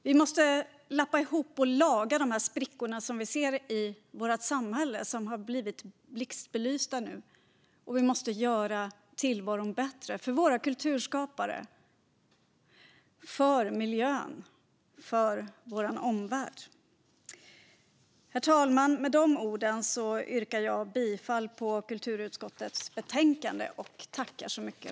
Vi måste lappa ihop och laga de sprickor som vi ser i vårt samhälle och som har blivit blixtbelysta nu, och vi måste göra tillvaron bättre för våra kulturskapare, för miljön och för vår omvärld. Herr talman! Med dessa ord yrkar jag bifall till kulturutskottets förslag i betänkandet.